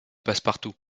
passepartout